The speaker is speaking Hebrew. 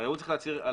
הוא צריך להצהיר,